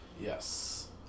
Yes